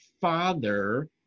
father